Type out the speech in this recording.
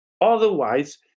otherwise